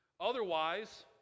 otherwise